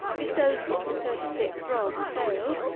if those in the thirty six rods fail,